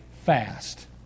fast